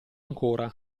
ancora